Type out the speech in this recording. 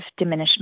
diminishment